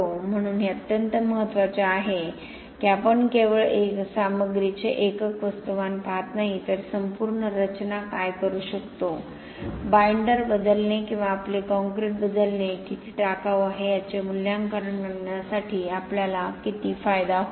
म्हणून हे अत्यंत महत्त्वाचे आहे की आपण केवळ सामग्रीचे एकक वस्तुमान पाहत नाही तर संपूर्ण रचना काय करू शकतो बाईंडर बदलणे किंवा आपले काँक्रीट बदलणे किती टिकाऊ आहे याचे मूल्यांकन करण्यासाठी आपल्याला किती फायदा होईल